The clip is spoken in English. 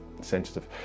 sensitive